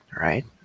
right